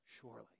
Surely